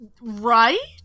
Right